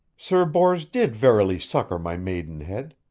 sir bors did verily succor my maidenhead.